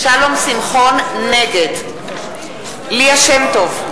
שמחון, נגד ליה שמטוב,